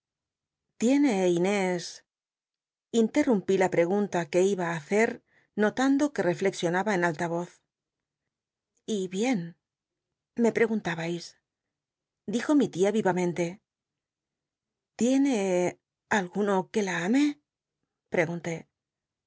inés interrumpí la pregwlta que iba á hacer notando que reflexionaba en alta vo y bien me preguntabais dijo mi tia vi vamente l'iene alguno que la